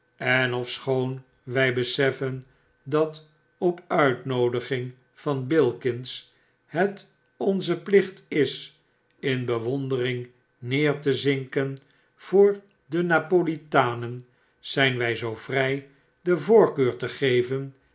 en ofschoon wy besefien dat op uitnoodigjmg van bilkins het onze plicht is in bewondering neer te zinken voor de napolitanen zyn wy zoo vry de voorkeur te geven